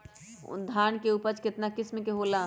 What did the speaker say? धान के उपज केतना किस्म के होला?